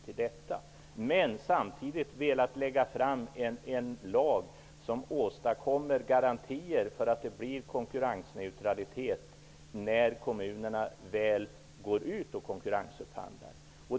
Men regeringen har samtidigt velat lägga fram en lag som åstadkommer garantier för konkurrensneutralitet när kommunerna väl går ut och konkurrensupphandlar.